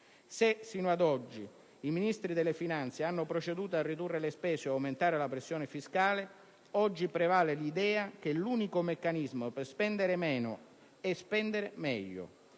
Se sino ad oggi i Ministri delle finanze hanno proceduto a ridurre le spese o ad aumentare la pressione fiscale, oggi prevale l'idea che l'unico meccanismo per spendere meno è spendere meglio,